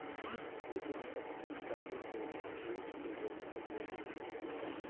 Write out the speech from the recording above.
प्रीति ने अपने पिताजी को जूट से बने कपड़े दिए